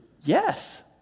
yes